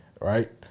right